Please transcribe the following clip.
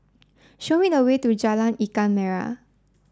show me the way to Jalan Ikan Merah